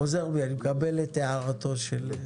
חוזר בי, אני מקבל את הערתו של חבר הכנסת.